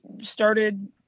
started